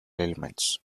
elements